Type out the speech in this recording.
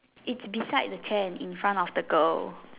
it's beside the chair in front of the girl